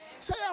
Say